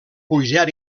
pujar